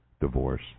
divorce